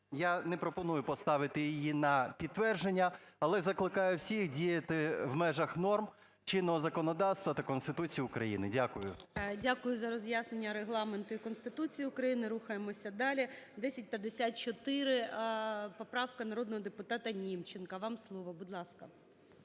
Я не пропоную поставити її на підтвердження, але закликаю всіх діяти в межах норм чинного законодавства та Конституції України. Дякую. ГОЛОВУЮЧИЙ. Дякую за роз'яснення Регламенту і Конституції України. Рухаємося далі. 1054, поправка народного депутата Німченка. Вам слово. Будь ласка.